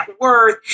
worth